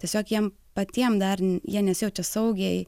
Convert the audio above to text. tiesiog jiem patiem dar jie nesijaučia saugiai